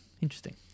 Interesting